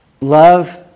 Love